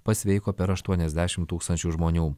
pasveiko per aštuoniasdešimt tūkstančių žmonių